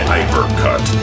Hypercut